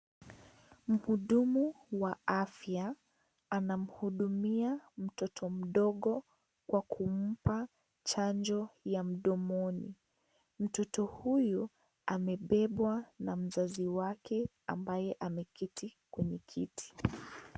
Mhudumu wa afya anamhudumia mtoto mdogo Kwa kumpa Chanjo ya mdomoni . Mtoto huyu amebebwa na mzazi wake ambaye ameketi kwenye kiti.